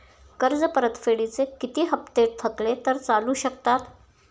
कर्ज परतफेडीचे किती हप्ते थकले तर चालू शकतात?